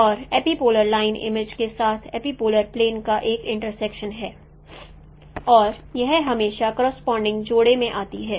और epipolar line image के साथ एपिपोलर प्लेन का एक इंटर्सेक्शन है और यह हमेशा करोसपोंडिंग जोड़े में आती है